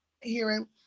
hearing